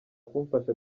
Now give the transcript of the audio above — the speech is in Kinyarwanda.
kumfasha